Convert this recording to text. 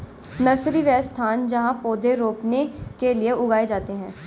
nursery, वह स्थान जहाँ पौधे रोपने के लिए उगाए जाते हैं